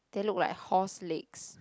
they look like horse legs